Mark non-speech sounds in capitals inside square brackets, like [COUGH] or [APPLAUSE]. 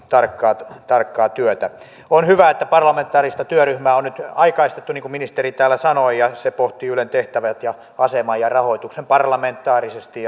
tarkkaa tarkkaa työtä on hyvä että parlamentaarista työryhmää on nyt aikaistettu niin kuin ministeri täällä sanoi ja se pohtii ylen tehtävät ja aseman ja rahoituksen parlamentaarisesti [UNINTELLIGIBLE]